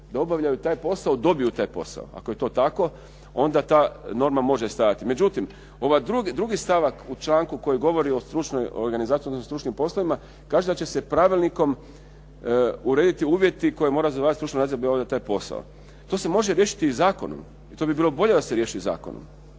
obavljaju taj posao dobiju taj posao. Ako je to tako, onda ta norma može stajati. Međutim, ova 2. stavak u članku koji govori o stručnoj organizaciji, odnosno stručnim poslovima kaže da će se pravilnikom urediti uvjeti koje mora …/Govornik se ne razumije./… taj posao. To se može riješiti i zakonom i to bi bilo bolje da se riješi zakonom.